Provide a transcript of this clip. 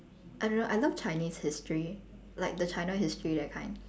I love I love chinese history like the china history that kind